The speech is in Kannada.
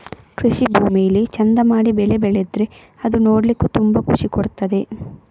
ಕೃಷಿ ಭೂಮಿಲಿ ಚಂದ ಮಾಡಿ ಬೆಳೆ ಬೆಳೆದ್ರೆ ಅದು ನೋಡ್ಲಿಕ್ಕೂ ತುಂಬಾ ಖುಷಿ ಕೊಡ್ತದೆ